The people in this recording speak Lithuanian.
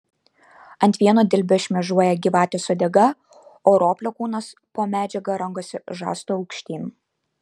ant vieno dilbio šmėžuoja gyvatės uodega o roplio kūnas po medžiaga rangosi žastu aukštyn